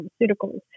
pharmaceuticals